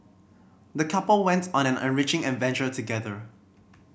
the couple went on an enriching adventure together